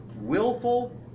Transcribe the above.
willful